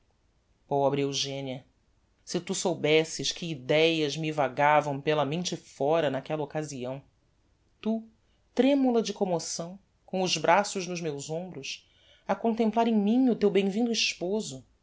divida pobre eugenia se tu soubesses que idéas me vagavam pela mente fóra n'aquella occasião tu tremula de commoção com os braços nos meus hombros a contemplar em mim o teu bemvindo esposo